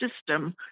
system